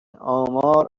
آمار